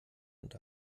und